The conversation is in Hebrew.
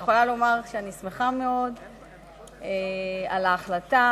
אני יכולה לומר לך שאני שמחה מאוד על ההחלטה,